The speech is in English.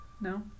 No